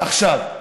עכשיו,